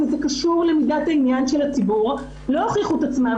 זה קשור למידת העניין של הציבור לא הוכיחו את עצמם.